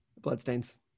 Bloodstains